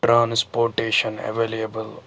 transportation available